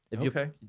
Okay